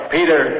Peter